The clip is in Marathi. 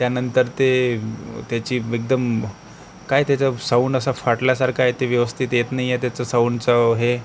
त्यानंतर ते त्याची एकदम काय त्याचा साऊंड असा फाटल्यासारखा येते व्यवस्थित येत नाही त्याचा साऊंडचा हे